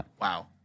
Wow